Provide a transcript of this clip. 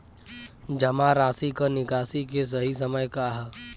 जमा राशि क निकासी के सही समय का ह?